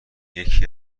یکی